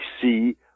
see